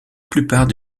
plupart